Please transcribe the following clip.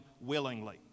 willingly